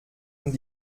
und